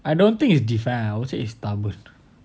I don't think is defiant I would say is stubborn